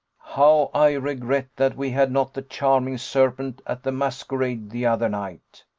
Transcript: how i regret that we had not the charming serpent at the masquerade the other night!